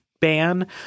ban